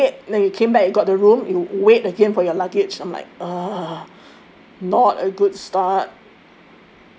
so it's like wait then you came back you got the room and wait again for your luggage I'm like ugh not a good start